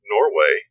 Norway